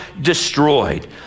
destroyed